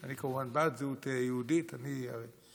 אני כמובן בעד זהות יהודית, אני יהודי